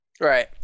Right